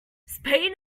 spain